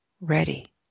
ready